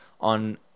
on